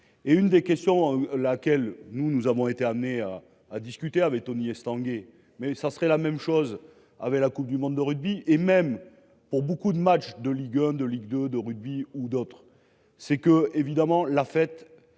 et une des questions à laquelle nous nous avons été amenés à à discuter avec Tony Estanguet mais ça serait la même chose avec la Coupe du monde de rugby et même pour beaucoup de matchs de Ligue 1 de Ligue 2 de rugby ou d'autres, c'est que évidemment la fête